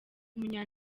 umunya